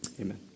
Amen